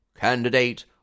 Candidate